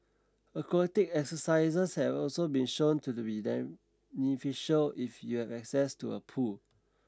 aquatic exercises have also been shown to be beneficial if you have access to a pool